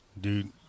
Dude